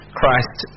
Christ